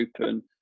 open